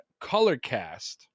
Colorcast